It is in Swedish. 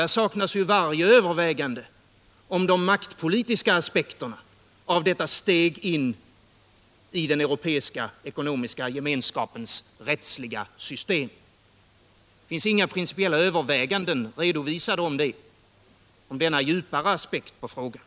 Där saknas varje övervägande om de maktpolitiska aspekterna på detta steg in i den europeiska ekonomiska gemenskapens rättsliga system. Det finns inga principiella överväganden redovisade om denna djupare aspekt på frågan.